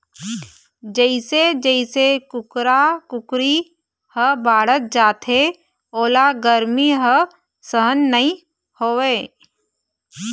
जइसे जइसे कुकरा कुकरी ह बाढ़त जाथे ओला गरमी ह सहन नइ होवय